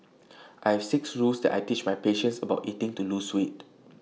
I have six rules that I teach my patients about eating to lose weight